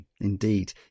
Indeed